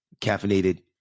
caffeinated